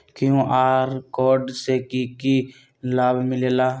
QR code से कि कि लाव मिलेला?